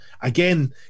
again